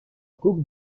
coupe